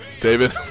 David